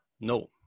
No